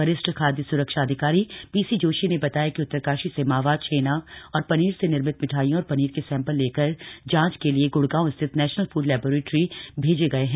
वरिष्ठ खाद्य स्रक्षा अधिकारी पीसी जोशी ने बताया कि उत्तरकाशी से मावा छेना और पनीर से निर्मित मिठाइयों और पनीर के सैंपल लेकर जांच के लिए गुड़गांव स्थित नेशनल फूड लैबोरेट्री भेजे गए हैं